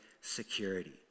security